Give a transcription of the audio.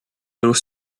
little